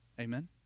Amen